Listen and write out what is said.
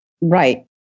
Right